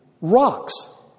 Rocks